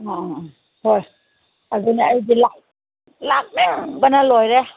ꯑꯥ ꯑꯥ ꯍꯣꯏ ꯑꯗꯨꯅꯦ ꯑꯩꯗꯤ ꯂꯥꯛꯅꯤꯡꯕꯅ ꯂꯣꯏꯔꯦ